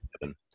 Heaven